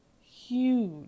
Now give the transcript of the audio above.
huge